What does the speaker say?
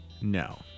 No